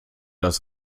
das